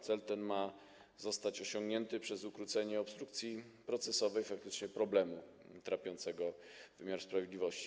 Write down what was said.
Cel ten ma zostać osiągnięty przez ukrócenie obstrukcji procesowych, co faktycznie jest problemem trapiącym wymiar sprawiedliwości.